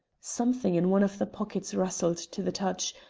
something in one of the pockets rustled to the touch,